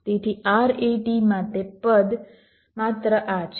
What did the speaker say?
તેથી RAT માટે પદ માત્ર આ છે